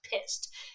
pissed